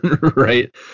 right